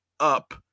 Up